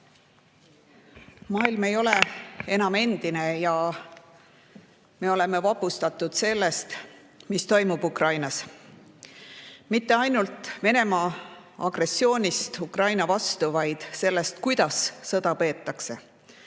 Maailm ei ole enam endine ja me oleme vapustatud sellest, mis toimub Ukrainas. Mitte ainult Venemaa agressioonist Ukraina vastu, vaid sellest, kuidas sõda peetakse.